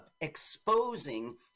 exposing